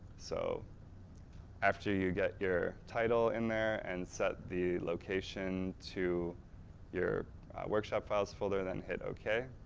so after you get your title in there and set the location to your workshop files folder, then hit ok.